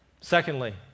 Secondly